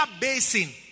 basin